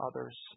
others